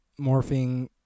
morphing